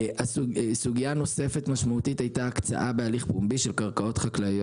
סוגייה משמעותית נוספת הייתה הקצאה בהליך פומבי של קרקעות חקלאיות.